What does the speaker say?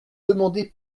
demandé